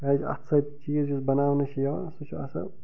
کیٛازِ اَتھٕ سۭتۍ چیٖز یُس بناونہٕ چھِ یوان سُہ چھِ آسان